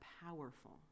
powerful